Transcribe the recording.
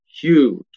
huge